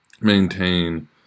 maintain